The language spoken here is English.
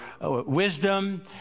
wisdom